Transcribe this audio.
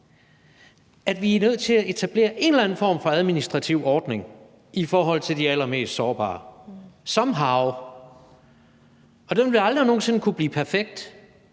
at vi er nødt til at etablere en eller anden form for administrativ ordning i forhold til de allermest sårbare – somehow. Den vil aldrig nogen sinde kunne blive perfekt,